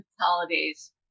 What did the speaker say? holidays